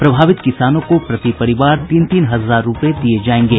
प्रभावित किसानों को प्रति परिवार तीन तीन हजार रुपये दिये जायेंगे